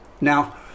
now